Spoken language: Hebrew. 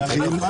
דיונים.